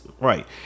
right